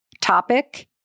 topic